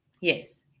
Yes